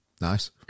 Nice